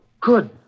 Good